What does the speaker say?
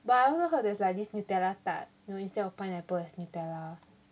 but I also heard there's like this nutella tart you know instead of pineapple there's nutella